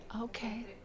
Okay